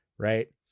right